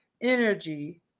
energy